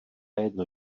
jedno